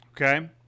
okay